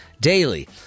daily